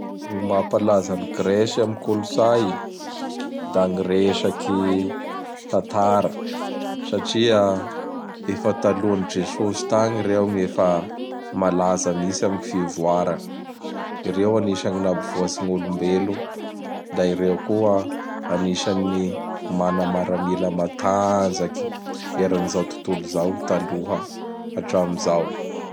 Gn mampalaza gn Gresy am kolosay. Da gn resaky tatara satria efa taloan'i Jesosy tagny reo gn malaza mintsy am resaky fivoara. Reo agnisan napivoatsy gn'olombelo. Da ireo koa anisan'ny mana miaramila matanjaky eran'izao tontolo zao taloha hatram zao.